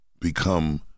become